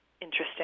interesting